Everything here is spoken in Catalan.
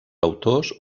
autors